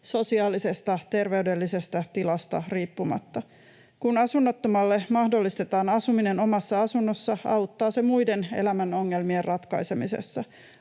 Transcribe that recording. sosiaalisesta ja terveydellisestä tilasta riippumatta. Kun asunnottomalle mahdollistetaan asuminen omassa asunnossa, auttaa se muiden elämän ongelmien ratkaisemisessa.